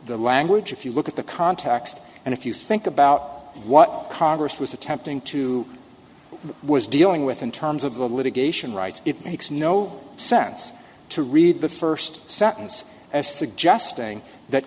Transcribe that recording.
the language if you look at the context and if you think about what congress was attempting to was dealing with in terms of the litigation rights it makes no sense to read the first sentence as suggesting th